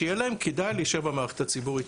שיהיה להם כדאי להישאר במערכת הציבורית.